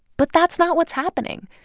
but that's not what's happening.